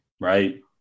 right